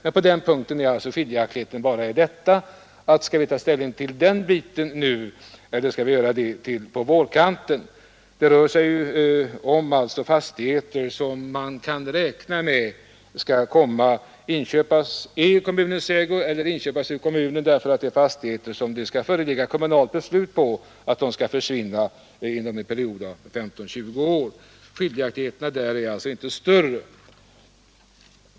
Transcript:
Annars gäller skiljaktigheten bara om man skall ta ställning till det här speciella avsnittet nu eller på vårkanten. Det rör sig, som jag sade, om fastigheter som man kan räkna med skall komma att inköpas av kommunen, eftersom det skall föreligga beslut på att byggnaderna skall försvinna inom en period om 15 —20 år.